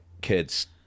kids